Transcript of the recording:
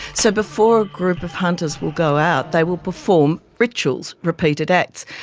so before a group of hunters will go out they will perform rituals, repeated acts.